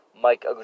Mike